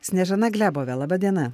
sniežana glebove laba diena